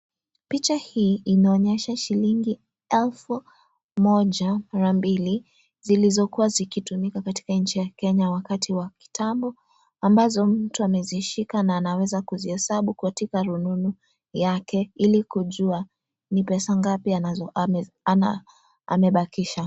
Picha hii inaonyesha shilingi elfu moja mara mbili ,zilizokuwa zikitumika katika nchi ya Kenya wakati wa kitambo ambazo mtu amezishika na anaweza kuzihesabu katika rununu yake ili kujua ni pesa ngapi amebakisha.